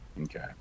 Okay